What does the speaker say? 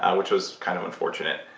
which was kind of unfortunate,